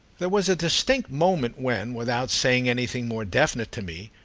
there was a distinct moment when, without saying anything more definite to me,